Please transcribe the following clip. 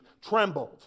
Trembled